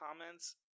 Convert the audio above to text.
comments